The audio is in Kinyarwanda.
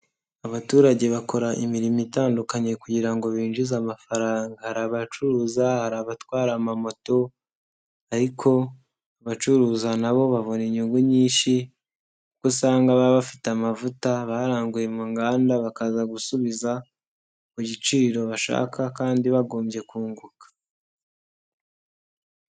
Abaturage bakora imirimo itandukanye kugira ngo binjize amafaranga, hari abacuruza, hari abatwara amamoto ariko abacuruza na bo babona inyungu nyinshi kuko usanga baba bafite amavuta, baranguye mu nganda bakaza gusubiza ku giciro bashaka kandi bagombye kunguka.